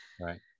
right